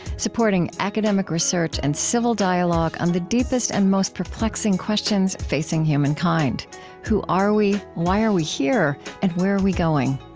supporting academic research and civil dialogue on the deepest and most perplexing questions facing humankind who are we? why are we here? and where are we going?